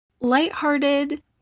lighthearted